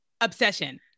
obsession